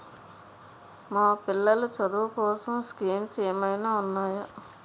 మా పిల్లలు చదువు కోసం స్కీమ్స్ ఏమైనా ఉన్నాయా?